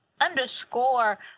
underscore